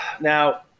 Now